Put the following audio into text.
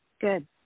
Good